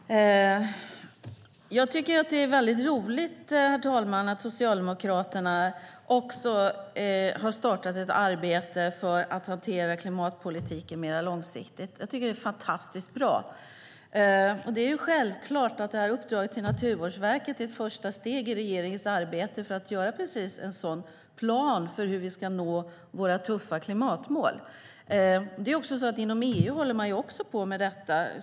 Herr talman! Jag tycker att det är väldigt roligt att Socialdemokraterna också har startat ett arbete för att hantera klimatpolitiken mer långsiktigt. Jag tycker att det är fantastiskt bra, och det är självklart att uppdraget till Naturvårdsverket är ett första steg i regeringens arbete för att göra precis en sådan plan för hur vi ska nå våra tuffa klimatmål. Inom EU håller man också på med detta.